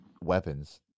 weapons